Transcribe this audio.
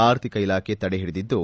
ಆರ್ಥಿಕ ಇಲಾಖೆ ತಡೆ ಹಿಡಿದಿದ್ದು